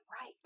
right